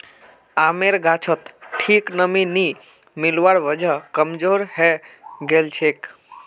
आमेर गाछोत ठीक नमीं नी मिलवार वजह कमजोर हैं गेलछेक